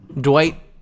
Dwight